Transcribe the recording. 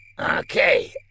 Okay